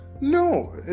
No